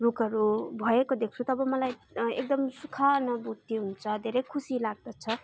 रुखहरू भएको देख्छु तब मलाई एकदम सुखानुभूति हुन्छ धेरै खुसी लाग्दछ